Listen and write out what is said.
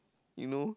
you know